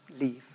leave